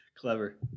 Clever